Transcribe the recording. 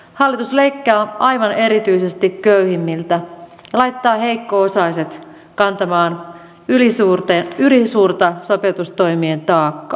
hallitus leikkaa aivan erityisesti köyhimmiltä laittaa heikko osaiset kantamaan ylisuurta sopeutustoimien taakkaa